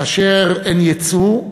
כאשר אין ייצוא,